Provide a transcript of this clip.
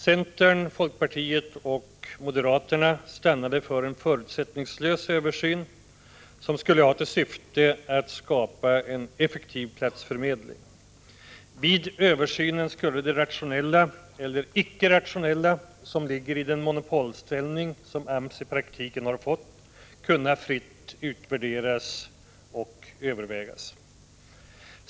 Centern, folkpartiet och moderaterna stannade för en förutsättningslös översyn, som skulle ha till syfte att skapa en effektiv platsförmedling. Vid översynen skulle det rationella eller icke-rationella som ligger i den monopolställning som AMS i praktiken har fått kunna fritt utvärderas och övervägas.